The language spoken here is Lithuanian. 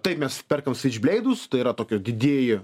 taip mes perkame svičbleidus tai yra tokie didieji